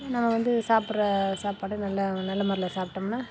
நம்ம வந்து சாப்பிட்ற சாப்பாட்டை நல்ல நல்ல முறையில சாப்பிட்டோம்னா